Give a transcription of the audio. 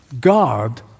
God